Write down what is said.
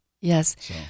Yes